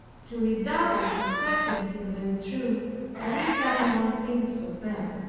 to redouble the certainty of their truth every time one thinks of them.